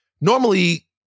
Normally